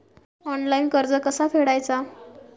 Online कर्ज कसा फेडायचा?